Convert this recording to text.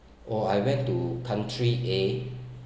oh I went to country A